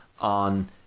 on